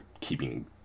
keeping